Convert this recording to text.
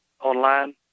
online